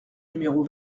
numéro